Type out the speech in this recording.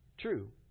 true